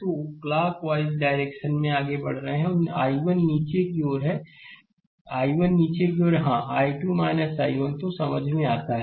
तो वे clockwise direction में में आगे बढ़ रहे हैं और I1 नीचे की ओर I1 नीचे की ओर हां I2 I1 तो समझ में आता है